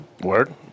Word